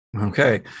Okay